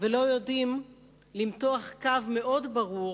ולא יודעים למתוח קו מאוד ברור